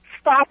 Stop